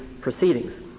proceedings